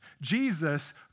Jesus